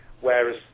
whereas